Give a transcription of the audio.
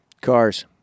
cars